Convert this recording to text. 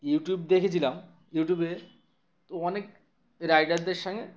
YouTube দেখেছিলাম ইউটিউবে তো অনেক রাইডারদের সঙ্গে